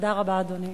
תודה רבה, אדוני.